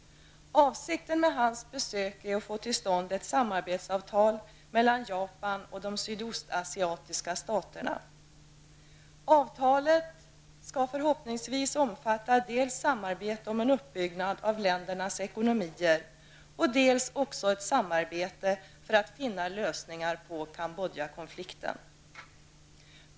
Avsikten med hans besök är att få till stånd ett samarbetsavtal mellan Japan och de sydostasiatiska staterna. Avtalet skall förhoppningsvis omfatta dels samarbete om en uppbyggnad av ländernas ekonomier, dels ett samarbete för att finna lösningar på Kambodjakonflikten.